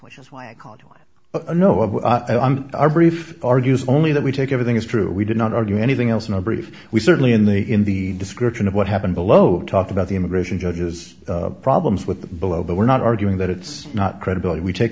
which is why i called you know of our brief argues only that we take everything is true we did not argue anything else in our brief we certainly in the in the description of what happened below talk about the immigration judges problems with the below but we're not arguing that it's not credibility we take